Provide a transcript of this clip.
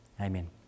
Amen